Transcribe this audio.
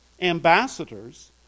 ambassadors